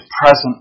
present